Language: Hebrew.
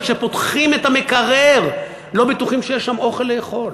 זה שכשפותחים את המקרר לא בטוחים שיש שם אוכל לאכול.